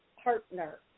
partner